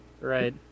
Right